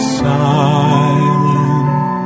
silent